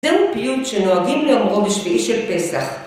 זהו פיוט שנוהגים לאמרו בשביעי של פסח.